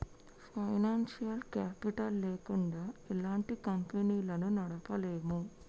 financial capital లేకుండా ఎలాంటి కంపెనీలను నడపలేము